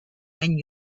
and